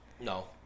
No